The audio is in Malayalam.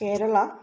കേരള